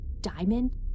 diamond